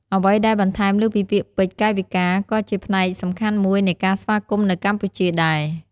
អ្វីដែលបន្ថែមលើសពីពាក្យពេចន៍ កាយវិការក៏ជាផ្នែកសំខាន់មួយនៃការស្វាគមន៍នៅកម្ពុជាដែរ។